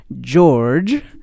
George